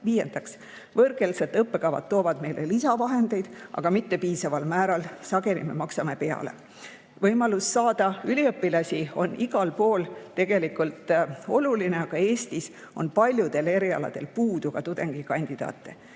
võõrkeelsed õppekavad toovad meile lisavahendeid, aga mitte piisaval määral, sageli me maksame peale. Võimalus saada üliõpilasi on igal pool tegelikult oluline, aga Eestis on paljudel erialadel puudu ka tudengikandidaate.